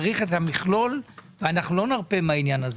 צריך את המכלול ולא נרפה מכך.